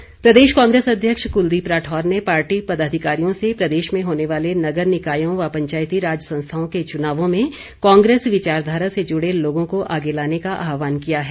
राठौर प्रदेश कांग्रेस अध्यक्ष कुलदीप राठौर ने पार्टी पदाधिकारियों से प्रदेश में होने वाले नगर निकायों व पंचायती राज संस्थाओं के चुनावों में कांग्रेस विचाराधारा से जुड़े लोगों को आगे लाने का आहवान किया है